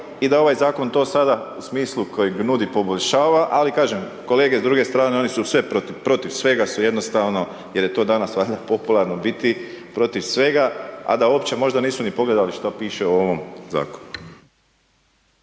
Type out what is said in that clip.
i da ovaj zakon, to sada, u smislu kojeg nudi poboljšava, ali kažem, kolege s druge strane, oni su sve, protiv svega su jednostavno, jer je to danas valjda popularno biti protiv svega, a da uopće možda nisu ni pogledali što piše u ovom zakonu.